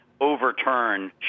overturn